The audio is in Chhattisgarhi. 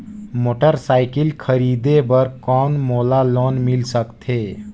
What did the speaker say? मोटरसाइकिल खरीदे बर कौन मोला लोन मिल सकथे?